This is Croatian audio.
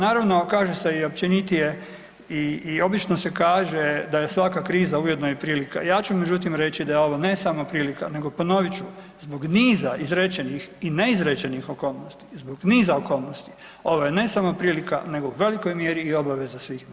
Naravno kaže se i općenitije i obično se kaže da je svaka kriza ujedno i prilika, ja ću međutim reći da je ovo ne samo prilika, nego ponovit ću zbog niza izrečenih i neizrečenih okolnosti i zbog niza okolnosti ovo je ne samo prilika nego u velikoj mjeri i obaveza svih nas.